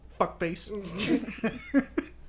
fuckface